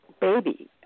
baby